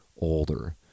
older